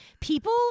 people